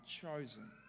chosen